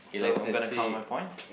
so I'm gonna count my points